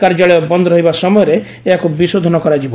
କାର୍ଯ୍ୟାଳୟ ବନ୍ଦ ରହିବା ସମୟରେ ଏହାକୁ ବିଶୋଧନ କରାଯିବ